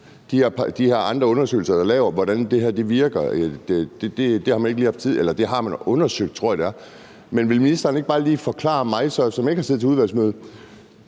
de andre undersøgelser, der er lavet, om, hvordan det her virker, har man undersøgt det, tror jeg det var, men vil ministeren ikke bare lige forklare mig, som ikke har siddet til udvalgsmøde: